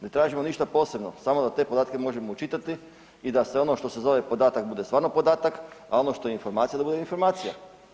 Ne tražimo ništa posebno, samo da te podatke možemo očitati i da se ono što se zove podatak bude stvarno podatak, a ono što je informacija da bude informacija.